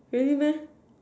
really meh